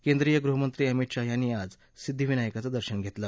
केंद्रीय गृहमंत्री अभित शहा यांनी आज सिद्दी विनायकाचं दर्शन घेतलं